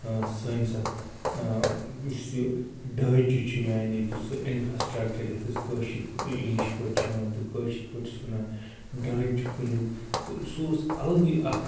سٲنِس اَتھ یُس یہِ ڈانچہٕ چھِ یعنی کہ یُس یہِ اِنٛفراسٹرکچَر یَتھ أسۍ کٲشِر یہِ اِنگلِش پٲٹھۍ چھِ وَنان تہٕ کٲشِر پٲٹھۍ چھِ وَنان ڈانٛچہٕ کُنیُک تہٕ سُہ اوس الگٕے اَکھ